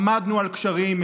עמדנו על גשרים,